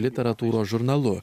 literatūros žurnalu